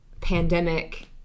pandemic